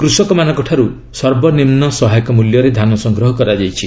କୃଷକମାନଙ୍କ ଠାରୁ ସର୍ବନିମ୍ନ ସହାୟକ ମୂଲ୍ୟରେ ଧାନ ସଂଗ୍ରହ କରାଯାଇଛି